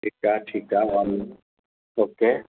ठीकु आहे ठीकु आहे वांदो न ओके